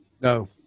No